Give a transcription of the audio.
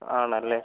ആണ് അല്ലേ